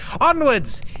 Onwards